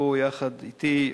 הוא יחד אתי,